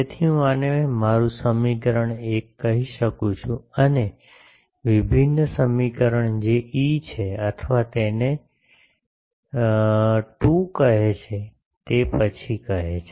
તેથી હું આને મારું સમીકરણ 1 કહી શકું છું અને વિભિન્ન સમીકરણ જે E છે અથવા તેને 2 કહે છે તે પછી કહે છે